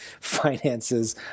finances